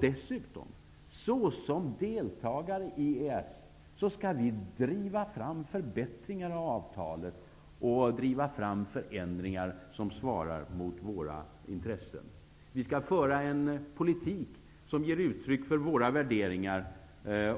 Dessutom, såsom deltagare i EES, skall vi driva fram förbättringar av avtalet och driva fram förändringar som svarar mot våra intressen. Vi skall föra en politik som ger uttryck för våra värderingar